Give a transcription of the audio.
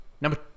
Number